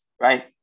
right